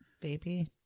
baby